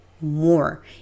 more